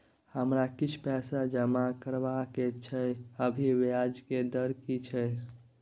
हमरा किछ पैसा जमा करबा के छै, अभी ब्याज के दर की छै?